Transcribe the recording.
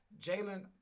Jalen